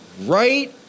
right